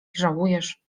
żałujesz